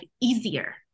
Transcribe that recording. easier